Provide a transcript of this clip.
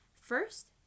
First